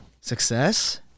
Success